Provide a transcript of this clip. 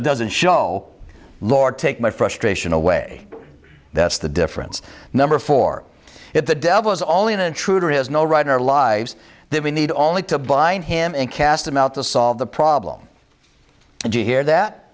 so doesn't show lord take my frustration away that's the difference number four if the devil is only an intruder is no right in our lives then we need only to bind him and cast him out to solve the problem and you hear that